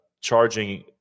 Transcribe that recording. charging